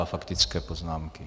Faktické poznámky.